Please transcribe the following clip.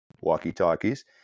walkie-talkies